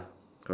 correct